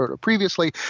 previously